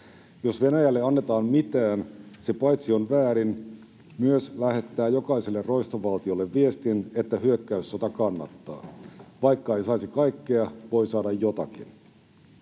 Jos Venäjälle annetaan mitään, se paitsi on väärin myös lähettää jokaiselle roistovaltiolle viestin, että hyökkäyssota kannattaa: vaikka ei saisi kaikkea, voi saada jotakin.